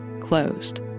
closed